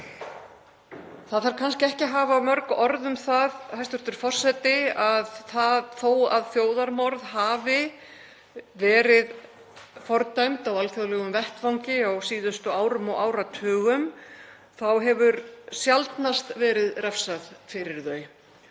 Það þarf kannski ekki að hafa mörg orð um það, hæstv. forseti, að þó að þjóðarmorð hafi verið fordæmd á alþjóðlegum vettvangi á síðustu árum og áratugum hefur sjaldnast verið refsað fyrir þau.